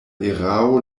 erao